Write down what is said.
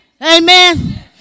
Amen